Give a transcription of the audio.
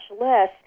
less